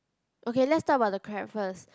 okay let's talk about the crab first